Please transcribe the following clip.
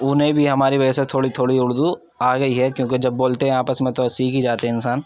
انہیں بھی ہماری وجہ سے تھوڑی تھوڑی اردو آ گئی ہے کیونکہ جب بولتے ہیں آپس میں تو سیکھ ہی جاتے ہیں انسان